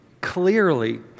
clearly